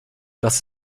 das